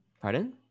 Pardon